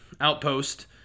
outpost